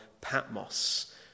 Patmos